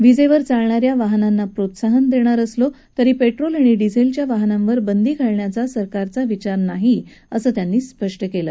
विजेवर चालणाऱ्या वाहनांना प्रोत्साहन देणार असलो तरी पेट्रोल आणि डिझेलच्या वाहनांवर बंदी घालण्याचा सरकारचा विचार नसल्याचं त्यांनी स्पष्ट केलं